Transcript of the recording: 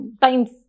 times